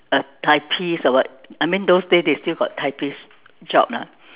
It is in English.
a typist or what I mean those days they still got typist job lah